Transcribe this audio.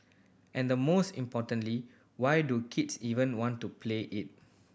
and the most importantly why do kids even want to play it